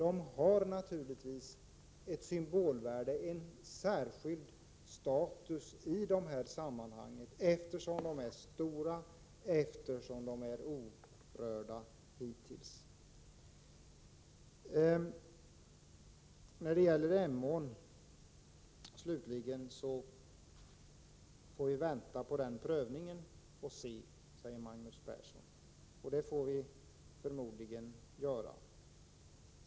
Dessa har naturligtvis ett symbolvärde, en särskild status i detta sammanhang, eftersom de är stora och hittills orörda. När det gäller Emån får vi vänta på prövningen i vattendomstolen och se, säger Magnus Persson. Så får vi förmodligen göra.